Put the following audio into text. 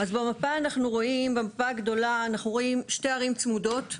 במפה שמוצגת לפניכם אנחנו רואים שתי ערים צמודות.